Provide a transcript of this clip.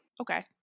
Okay